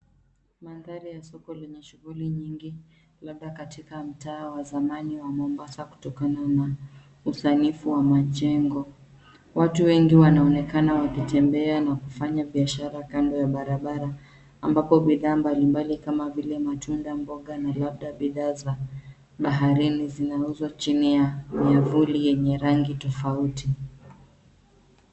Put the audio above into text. Mandhari ya soko lenye shughuli nyingi labda katika mtaa wa zamani wa Mombasa kutokana na usanifu wa majengo. Watu wengi wanaonekana wakitembea na kufanya biashara kando ya barabara ambapo bidhaa mbalimbali kama vile matunda mboga na labda bidhaa za baharini zinauzwa chini ya miavuli yenye rangi tofauti.